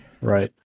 right